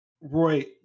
Roy